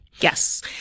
Yes